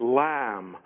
lamb